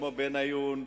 כמו בניון,